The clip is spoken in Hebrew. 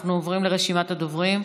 אנחנו עוברים לרשימת הדוברים.